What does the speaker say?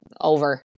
over